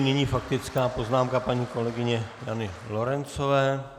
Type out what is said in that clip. Nyní faktická poznámka paní kolegyně Jany Lorencové.